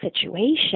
situation